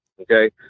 okay